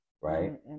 right